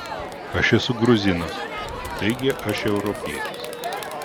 aš esu gruzinas taigi aš europietis